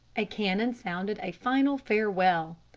a cannon sounded a final farewell.